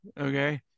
okay